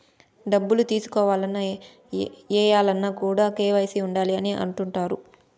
డబ్బులు తీసుకోవాలన్న, ఏయాలన్న కూడా కేవైసీ ఉండాలి అని అంటుంటారు